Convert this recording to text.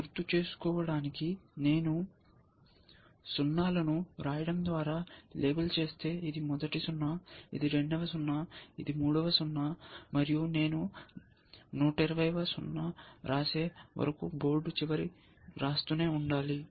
గుర్తు చేసుకోవడానికి నేను సున్నాలను వ్రాయడం ద్వారా లేబుల్ చేస్తే ఇది మొదటి 0 ఇది రెండవ 0 ఇది మూడవ 0 మరియు నేను 120 వ 0 వ్రాసే వరకు బోర్డు చివర వ్రాస్తూనే ఉండాలి